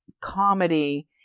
comedy